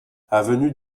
avenue